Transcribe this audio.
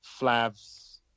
Flav's